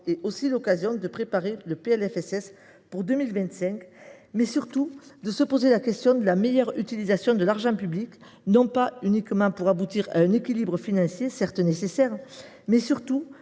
de la sécurité sociale pour 2025, mais surtout de se poser la question de la meilleure utilisation de l’argent public, non pas uniquement pour aboutir à un équilibre financier – certes nécessaire –, mais surtout